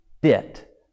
bit